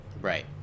Right